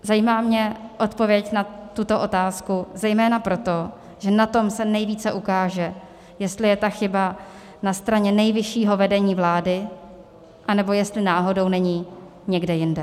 Zajímá mě odpověď na tuto otázku zejména proto, že na tom se nejvíce ukáže, jestli je chyba na straně nejvyššího vedení vlády, anebo jestli náhodou není někde jinde.